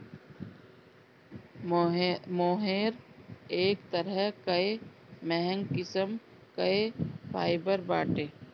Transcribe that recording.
मोहेर एक तरह कअ महंग किस्म कअ फाइबर बाटे